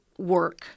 work